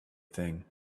thing